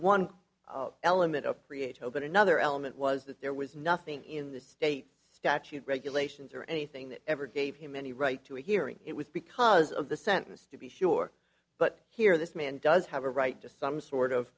one element of create open another element was that there was nothing in the state statute regulations or anything that ever gave him any right to a hearing it was because of the sentence to be sure but here this man does have a right to some sort of